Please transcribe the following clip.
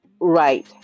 Right